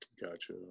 Gotcha